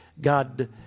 God